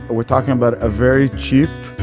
but we're talking about a very cheap,